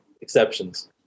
exceptions